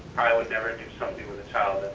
i would never do something with a child,